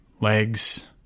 legs